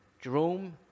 Jerome